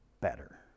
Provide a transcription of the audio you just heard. better